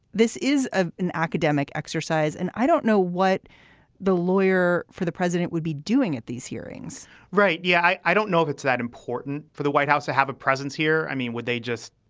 this is ah an academic exercise. and i don't know what the lawyer for the president would be doing at these hearings right. yeah. i i don't know if it's that important for the white house to have a presence here. i mean, would they just,